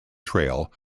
trail